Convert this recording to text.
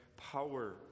Power